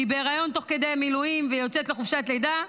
היא בהיריון תוך כדי מילואים ויוצאת לחופשת לידה,